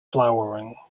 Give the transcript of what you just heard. flowering